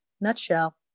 nutshell